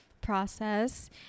process